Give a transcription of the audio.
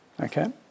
okay